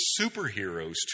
superheroes